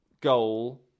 goal